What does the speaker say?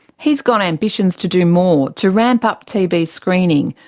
he's got ambitions to do more to ramp up tb screening,